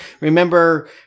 remember